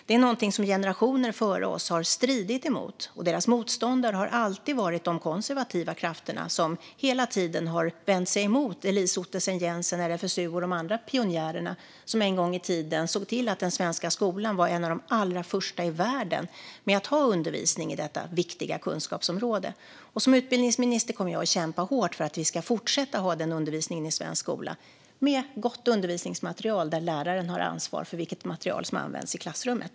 Det är någonting som generationer före oss har stridit för, och deras motståndare har alltid varit de konservativa krafterna, som hela tiden har vänt sig emot Elise Ottesen-Jensen, RFSU och de andra pionjärerna som en gång i tiden såg till att den svenska skolan var en av de allra första i världen med att ha undervisning i detta viktiga kunskapsområde. Som utbildningsminister kommer jag att kämpa hårt för att vi ska fortsätta ha den undervisningen i svensk skola med gott undervisningsmaterial och där läraren har ansvar för vilket material som används i klassrummet.